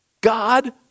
God